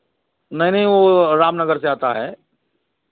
नहीं नहीं वह रामनगर से आता है